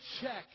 check